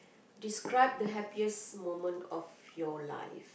describe the happiest moment of your life